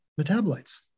metabolites